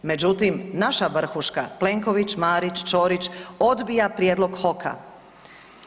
Međutim, naša vrhuška Plenković, Marić, Ćorić, odbija prijedlog HOK-a.